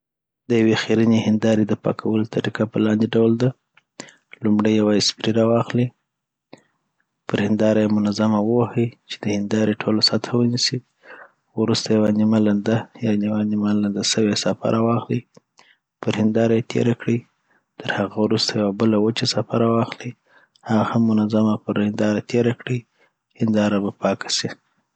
د یوی خیرني هندارې د پاکولو طریقه په لاندي ډول ده لومړی یوه اسپري راواخلي پر هنداره یی منظمه ووهي چی د هنداري ټوله سطحه ونیسی وروسته یو نیمه لنده یا یوه نیمه لنده سوی ساپه راواخلي پرهنداره یی تیره کړي تر هغه وروسته یو بله وچه ساپه راواخلي .هغه هم منظمه پر هنداره تیره کړي هنداره به پاکه سی